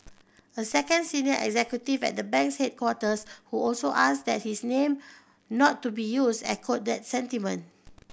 a second senior executive at the bank's headquarters who also asked that his name not to be used echoed that sentiment